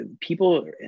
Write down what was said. people